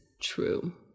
true